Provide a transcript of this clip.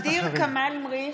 (קוראת בשמות חברי הכנסת) ע'דיר כמאל מריח,